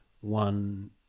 one